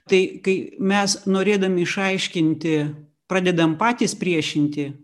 tai kai mes norėdami išaiškinti pradedam patys priešinti